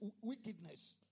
wickedness